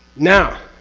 now,